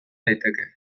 daiteke